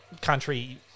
country